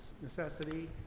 necessity